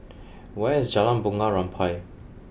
where is Jalan Bunga Rampai